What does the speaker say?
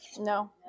No